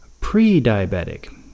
pre-diabetic